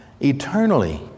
eternally